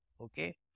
Okay